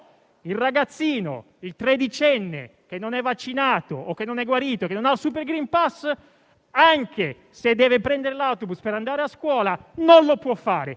il ragazzino, il tredicenne che non è vaccinato, non è guarito e non ha il super *green pass*, anche se deve prendere l'autobus per andare a scuola, non lo può fare,